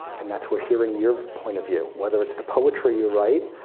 and that's where hearing your point of view, whether it's the poetry you write,